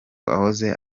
wahoze